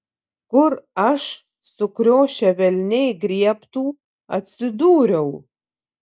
kur aš sukriošę velniai griebtų atsidūriau